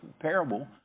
parable